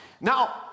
Now